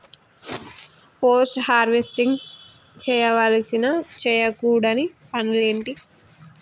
Post harvesting చేయవలసిన చేయకూడని పనులు ఏంటి?